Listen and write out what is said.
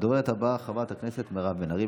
הדוברת הבאה, חברת הכנסת מירב בן ארי.